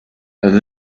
and